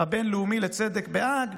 הבין-לאומי לצדק בהאג,